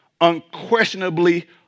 unquestionably